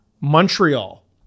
Montreal